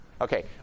Okay